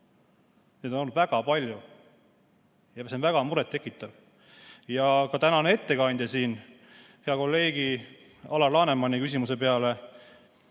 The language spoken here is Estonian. Neid on olnud väga palju. See on väga muret tekitav. Ka tänane ettekandja hea kolleegi Alar Lanemani küsimuse peale